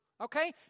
Okay